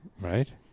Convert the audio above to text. Right